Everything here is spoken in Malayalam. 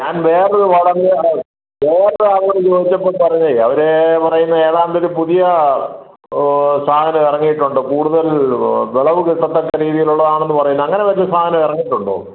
ഞാൻ വേറേ ഒരു വളമാണ് വേറെ ഒരാളോട് ചോദിച്ചപ്പോൾ പറഞ്ഞത് അവർ പറയുന്നു ഏതാണ്ട് ഒരു പുതിയ സാധനം ഇറങ്ങിയിട്ടുണ്ട് കൂടുതൽ വിളവ് കിട്ടത്തക്ക രീതിയിലുള്ളതാണെന്ന് പറയുന്നു അങ്ങനെ വല്ല സാധനവും ഇറങ്ങിയിട്ടുണ്ടോ